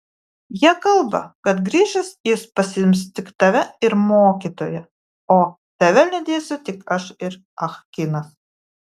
jie kalba kad grįžęs jis pasiims tik tave ir mokytoją o tave lydėsiu tik aš ir ah kinas